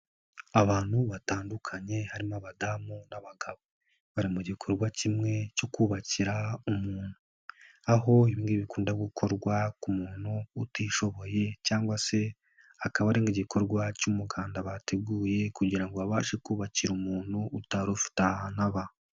Abantu batandukanye harimo abadamu n'abagabo bari mu gikorwa kimwe cyo kubakira umuntu, aho ibi ngibi bikunda gukorwa ku muntu utishoboye cyangwa se akaba ari nk'igikorwa cy'umuganda bateguye kugira ngo babashe kubakira umuntu utari ufite ahantu aba.